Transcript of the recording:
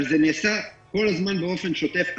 אבל זה נעשה כל הזמן באופן שוטף.